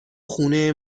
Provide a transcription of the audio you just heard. خونه